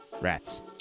Rats